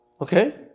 Okay